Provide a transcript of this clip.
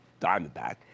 Diamondback